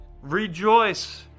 Rejoice